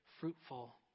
fruitful